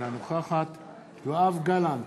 אינה נוכחת יואב גלנט,